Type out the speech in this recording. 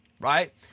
right